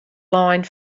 lein